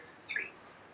threes